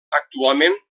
actualment